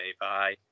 Bye